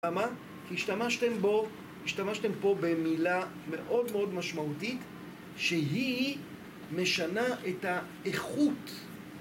למה? כי השתמשתם בו, השתמשתם פה במילה מאוד מאוד משמעותית, שהיא משנה את האיכות